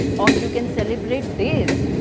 or you can celebrate days.